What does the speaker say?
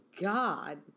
God